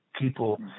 people